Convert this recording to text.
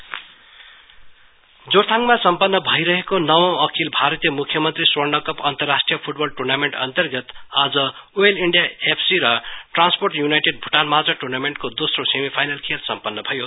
football जोरथाङमा सम्पन्न भइरहेको नवौं अखिल भारतीय मुख्यमन्त्री स्वर्ण कप अन्तराष्ट्रीय फुटबल टुर्नामेन्ट अन्तर्गत आज ओयल इण्डिया एफ सी र ट्रान्सपोर्ट यूनाइटेड भूटानमाझ टुर्नामेन्टको दोस्रो सेमिफाइनल खेल सम्पन्न भयो